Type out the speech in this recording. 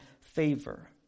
favor